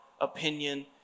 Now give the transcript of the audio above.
opinion